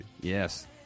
Yes